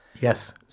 Yes